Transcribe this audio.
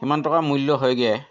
সিমান টকা মূল্য হয়গৈ